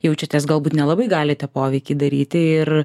jaučiatės galbūt nelabai galite poveikį daryti ir